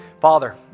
Father